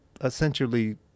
essentially